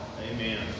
Amen